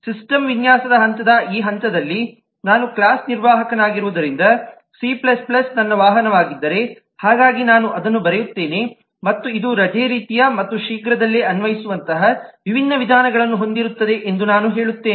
system ವಿನ್ಯಾಸ ಹಂತದ ಈ ಹಂತದಲ್ಲಿ ನಾನು ಕ್ಲಾಸ್ ಕಾರ್ಯನಿರ್ವಾಹಕನಾಗಿರುವುದರಿಂದ ಸಿ c ನನ್ನ ವಾಹನವಾಗಿದ್ದರೆ ಹಾಗಾಗಿ ನಾನು ಅದನ್ನು ಬರೆಯುತ್ತೇನೆ ಮತ್ತು ಇದು ರಜೆ ರೀತಿಯ ಮತ್ತು ಶೀಘ್ರದಲ್ಲೇ ಅನ್ವಯಿಸುವಂತಹ ವಿಭಿನ್ನ ವಿಧಾನಗಳನ್ನು ಹೊಂದಿರುತ್ತದೆ ಎಂದು ನಾನು ಹೇಳುತ್ತೇನೆ